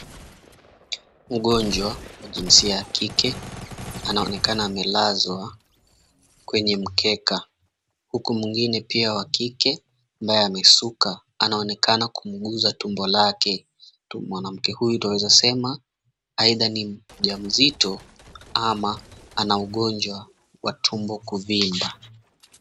Mgonjwa wa jinsia ya kike, anaonekana amelazwa kwenye mkeka, huku mwingine pia wa kike ambaye amesuka, anaonekana kumguza tumbo lake. Mwanamke huyu twaweza sema aidha ni mjamzito ama ana ugonjwa wa tumbo kuvimba.